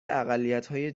اقلیتهای